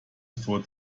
for